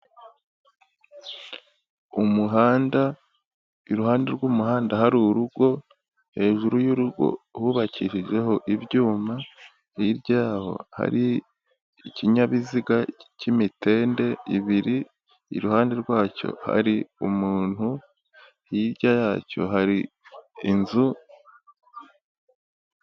Umuhanda iruhande rw'umuhanda hari urugo, hejuru y'urugo hubakishijeho ibyuma, hirya yaho hari ikinyabiziga k'imitende ibiri, iruhande rwacyo hari umuntu, hirya yacyo hari inzu.